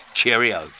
Cheerio